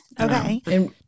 Okay